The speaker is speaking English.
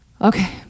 okay